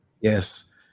Yes